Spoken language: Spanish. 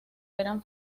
eran